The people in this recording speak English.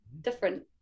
different